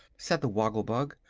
said the woggle-bug.